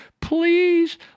Please